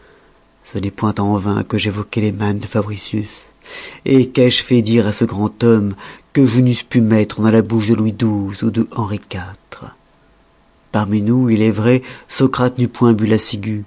ce n'est point en vain que j'évoquois les mânes de fabricius qu'ai-je fait dire à ce grand homme que je n'eusse pu mettre dans la bouche de louis xii ou de henri iv parmi nous il est vrai socrate n'eût point